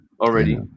already